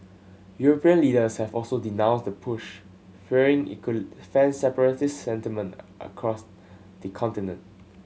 European leaders have also denounced the push fearing it could fan separatist sentiment across the continent